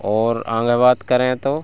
और आगे बात करें तो